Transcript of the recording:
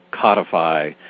codify